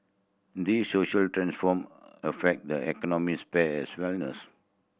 these social transform affect the economic sphere as well